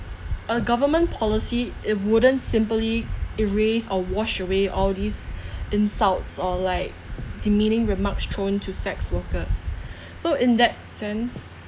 a government policy it wouldn't simply erase or wash away all these insults or like demeaning remarks thrown to sex workers so in that sense